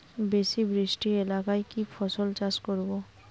বেশি বৃষ্টি এলাকায় কি ফসল চাষ করব?